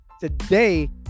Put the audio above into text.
today